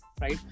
right